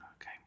Okay